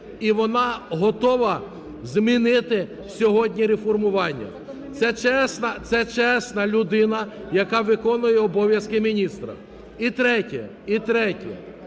і вона готова змінити сьогодні реформування, це чесна людина, яка виконує обов'язки міністра. І третє, і третє,